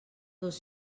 dos